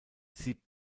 sie